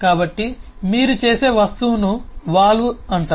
కాబట్టి మీరు చేసే వస్తువును వాల్వ్ అంటారు